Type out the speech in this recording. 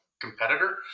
competitor